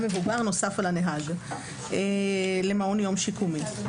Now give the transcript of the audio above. מבוגר נוסף על הנהג למעון יום שיקומי.